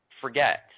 forget